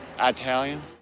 Italian